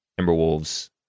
Timberwolves